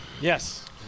Yes